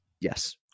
Yes